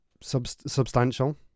substantial